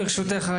ברשותך.